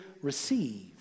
receive